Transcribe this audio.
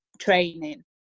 training